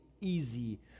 easy